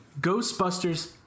Ghostbusters